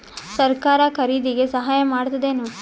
ಸರಕಾರ ಖರೀದಿಗೆ ಸಹಾಯ ಮಾಡ್ತದೇನು?